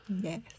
Yes